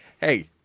hey